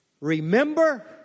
Remember